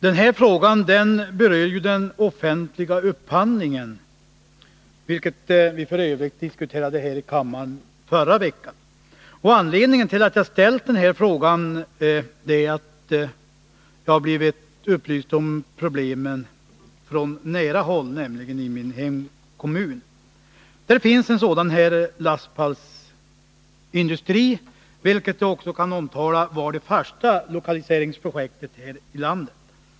Min fråga berör ju den offentliga upphandlingen, som vi f. ö. diskuterade här i kammaren förra veckan. Anledningen till att jag ställt frågan är att jag har blivit upplyst om problemen från nära håll, nämligen i min hemkommun. Där finns en lastpallsindustri, och jag kan tala om att den var det första lokaliseringsprojektet här i landet.